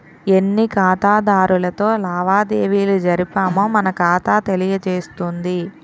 ఎన్ని ఖాతాదారులతో లావాదేవీలు జరిపామో మన ఖాతా తెలియజేస్తుంది